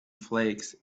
flakes